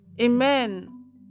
Amen